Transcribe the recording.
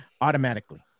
automatically